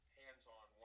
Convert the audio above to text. hands-on